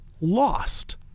lost